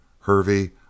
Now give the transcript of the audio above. Hervey